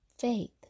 faith